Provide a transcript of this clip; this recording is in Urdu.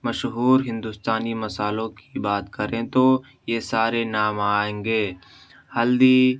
مشہور ہندوستانی مصالحوں کی بات کریں تو یہ سارے نام آئیں گے ہلدی